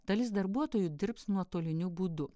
dalis darbuotojų dirbs nuotoliniu būdu